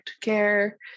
care